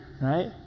right